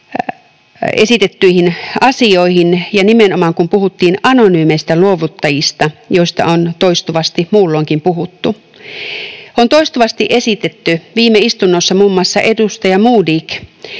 esitettyihin asioihin ja nimenomaan siihen, kun puhuttiin anonyymeistä luovuttajista, joista on toistuvasti muulloinkin puhuttu. On toistuvasti esitetty, viime istunnossa muun muassa edustaja Modig